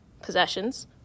possessions